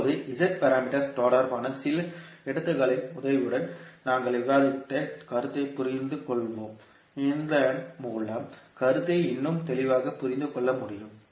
இப்போது Z parameters தொடர்பான சில எடுத்துக்காட்டுகளின் உதவியுடன் நாங்கள் விவாதித்த கருத்தை புரிந்து கொள்வோம் இதன் மூலம் நீங்கள் கருத்தை இன்னும் தெளிவாக புரிந்து கொள்ள முடியும்